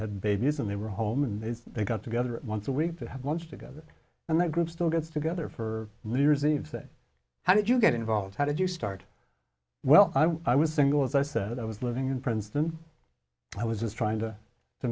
had babies and they were home and they got together once a week to have lunch together and that group still gets together for new year's eve said how did you get involved how did you start well i was i was single as i said i was living in princeton i was just trying to